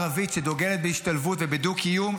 -- ומפלגה ערבית שדוגלת בהשתלבות ובדו-קיום,